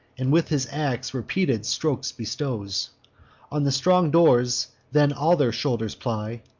and with his ax repeated strokes bestows on the strong doors then all their shoulders ply,